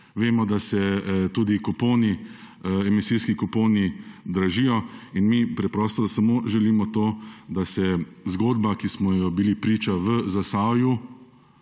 Vemo, da se tudi emisijski kuponi dražijo. Mi preprosto želimo samo to, da se zgodba, ki smo ji bili priča v Zasavju,